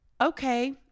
Okay